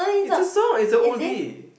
it's a song it's a oldie